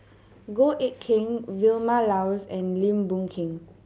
Goh Eck Kheng Vilma Laus and Lim Boon Keng